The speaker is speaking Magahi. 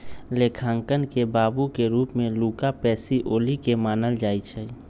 लेखांकन के बाबू के रूप में लुका पैसिओली के मानल जाइ छइ